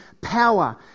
power